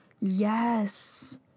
yes